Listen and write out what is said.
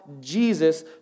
Jesus